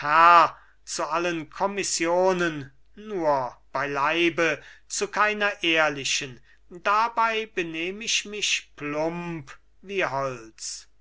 zu allen kommissionen nur beileibe zu keiner ehrlichen dabei benehm ich mich plump wie holz